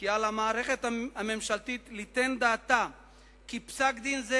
"על המערכת הממשלתית ליתן דעתה כי פסק-דין זה,